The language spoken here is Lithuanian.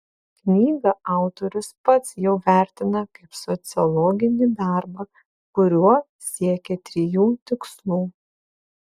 knygą autorius pats jau vertina kaip sociologinį darbą kuriuo siekė trijų tikslų